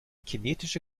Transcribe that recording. kinetische